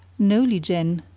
no, lieh jen,